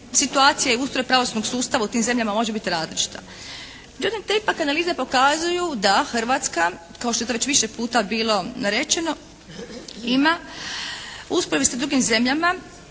situacija i ustroj pravosudnog sustava u tim zemljama može biti različita. Međutim te ipak analize pokazuju da Hrvatska kao što je to već više puta bilo rečeno ima u usporedbi sa drugim zemljama